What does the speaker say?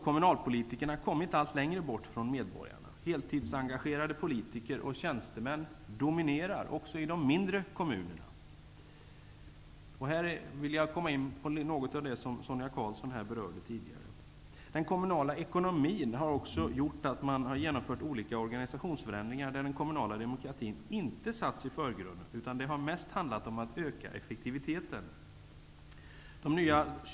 Kommunalpolitikerna har kommit allt längre bort från medborgarna -- heltidsengagerade politiker och tjänstemän dominerar även i de mindre kommunerna. Jag vill i detta sammanhang komma in på det som Sonia Karlsson berörde tidigare. Den kommunala ekonomin har också gjort att man har genomfört olika organisationsförändringar, där den kommunala demokratin inte satts i förgrunden, utan det har mest handlat om att öka effektiviteten.